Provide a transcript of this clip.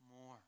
more